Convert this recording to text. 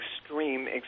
extreme